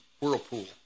whirlpool